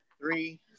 Three